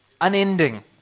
Unending